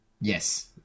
Yes